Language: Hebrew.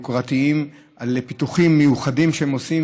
יוקרתיים על פיתוחים מיוחדים שהם עושים,